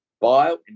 bile